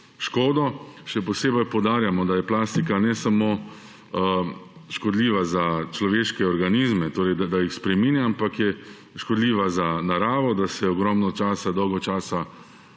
škodo. Še posebej poudarjamo, da je plastika ne samo škodljiva za človeške organizme, torej da jih spreminja, ampak je škodljiva za naravo, da se dolgo časa